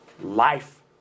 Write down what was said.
life